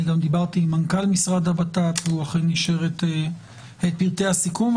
דיברתי גם עם מנכ"ל המשרד לביטחון פנים והוא אכן אישר את פרטי הסיכום.